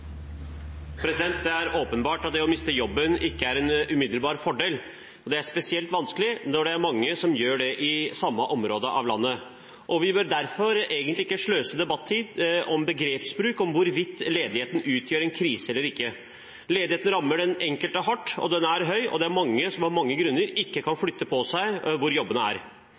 åpenbart at det å miste jobben ikke umiddelbart er en fordel, og det er spesielt vanskelig når det er mange som gjør det i det samme området av landet. Vi bør derfor ikke sløse bort debatt-tid på begrepsbruk om hvorvidt ledigheten utgjør en krise eller ikke. Ledigheten rammer den enkelte hardt, den er høy, og det er mange som av mange grunner ikke kan flytte på seg dit hvor jobbene er.